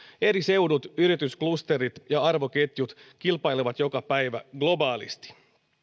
eri seudut yritysklusterit ja arvoketjut kilpailevat joka päivä globaalisti